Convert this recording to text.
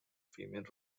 female